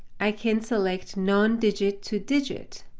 i can select non-digit to digit.